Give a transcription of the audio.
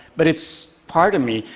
but it's part of me.